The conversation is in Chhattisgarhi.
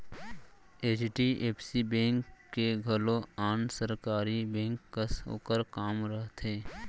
एच.डी.एफ.सी बेंक के घलौ आन सरकारी बेंक कस ओकर काम ह रथे